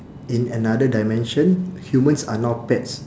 in another dimension humans are now pets